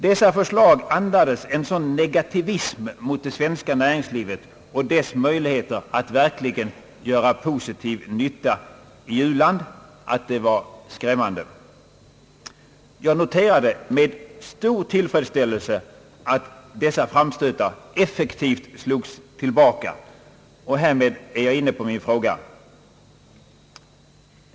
Dessa förslag andades en sådan negativism mot det svenska näringslivet och dess möjligheter att verkligen göra positiv nytta i u-land att det var skrämmande, Jag noterade med stor tillfredsställelse att dessa framstötar effektivt slogs tillbaka, och härmed är jag inne på min fråga.